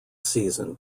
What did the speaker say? season